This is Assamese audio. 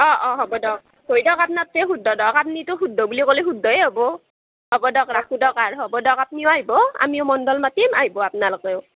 অঁ অঁ হ'ব দক কৰি দক আপ্নাটোৱে শুদ্ধ দক আপ্নিটো শুদ্ধ বুলি ক'লে শুদ্ধই হ'ব হ'ব দক ৰাখো দক আৰ হ'ব দক আপ্নিও আইভ আমিও মণ্ডল মাতিম আইভ আপ্নালোকো